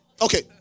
Okay